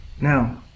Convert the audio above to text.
Now